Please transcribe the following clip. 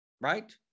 Right